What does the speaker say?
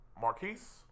Marquise